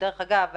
דרך אגב,